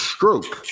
Stroke